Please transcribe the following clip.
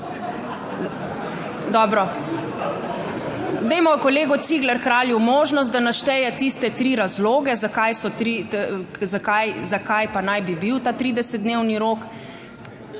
kolegu Cigler Kralju možnost, da našteje tiste tri razloge, zakaj pa naj bi bil ta 30-dnevni rok.